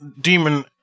demon